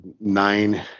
nine